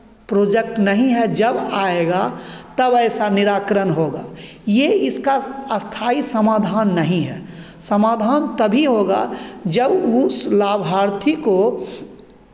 project नहीं है जब आएगा तब ऐसा निराकरण होगा ये इसका स्थाई समाधान नहीं है समाधान तभी होगा जब उस लाभार्थी को